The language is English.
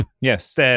Yes